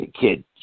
Kid